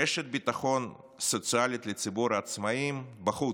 רשת ביטחון סוציאלית לציבור העצמאים, בחוץ,